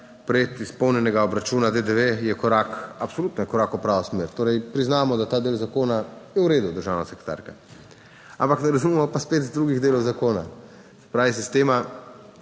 pred izpolnjenega obračuna DDV je korak, absolutno korak v pravo smer. Torej, priznamo, da ta del zakona je v redu, državna sekretarka, ampak ne razumemo pa spet drugih delov zakona, se pravi sistema,